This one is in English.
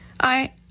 I